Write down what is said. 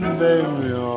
baby